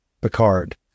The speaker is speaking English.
Picard